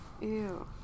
Ew